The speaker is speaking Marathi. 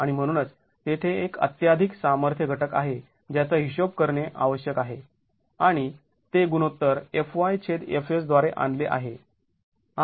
आणि म्हणूनच तेथे एक अत्त्याधिक सामर्थ्य घटक आहे ज्याचा हिशोब करणे आवश्यक आहे आणि ते गुणोत्तर FyFs द्वारे आणले आहे